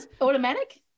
automatic